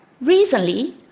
Recently